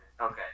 okay